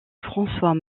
francois